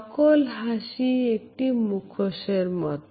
নকল হাসি একটি মুখোশের মত